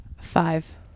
Five